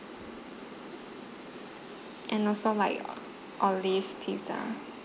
and also like olive pizza